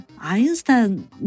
Einstein